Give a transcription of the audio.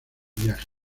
viaje